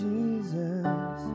Jesus